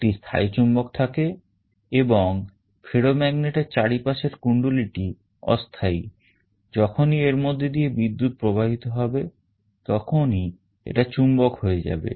একটি স্থায়ী চুম্বক থাকে এবং ferromagnetএর চারিপাশের কুণ্ডলীটি অস্থায়ী যখনই এর মধ্যে দিয়ে বিদ্যুৎ প্রবাহিত হবে তখনই এটা চুম্বক হয়ে যাবে